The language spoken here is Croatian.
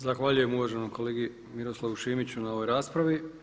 Zahvaljujem uvaženom kolegi Miroslavu Šimiću na ovoj raspravi.